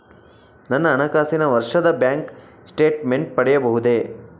ನನ್ನ ಹಣಕಾಸಿನ ವರ್ಷದ ಬ್ಯಾಂಕ್ ಸ್ಟೇಟ್ಮೆಂಟ್ ಪಡೆಯಬಹುದೇ?